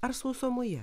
ar sausumoje